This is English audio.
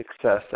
success